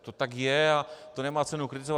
To tak je a to nemá cenu kritizovat.